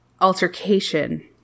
altercation